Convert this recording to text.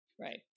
Right